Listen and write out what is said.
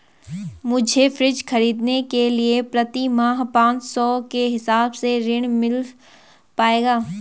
मुझे फ्रीज खरीदने के लिए प्रति माह पाँच सौ के हिसाब से ऋण मिल पाएगा?